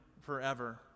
forever